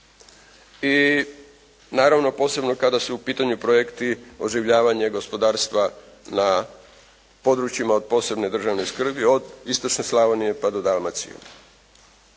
i naravno posebno kada su u pitanju projekti oživljavanja gospodarstva na područjima od posebne državne skrbi od istočne Slavonije pa do Dalmacije.